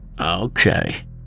Okay